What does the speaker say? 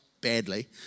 badly